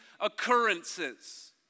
occurrences